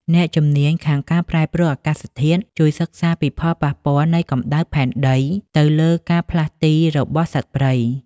អ្នកជំនាញខាងការប្រែប្រួលអាកាសធាតុ ជួយសិក្សាពីផលប៉ះពាល់នៃកម្ដៅផែនដីទៅលើការផ្លាស់ទីរបស់សត្វព្រៃ។